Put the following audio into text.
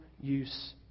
use